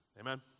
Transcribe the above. Amen